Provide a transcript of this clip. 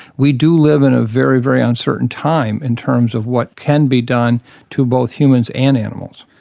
we do live in a very, very uncertain time in terms of what can be done to both humans and animals.